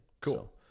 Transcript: Cool